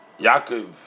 Yaakov